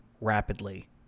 rapidly